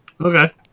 okay